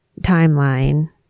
timeline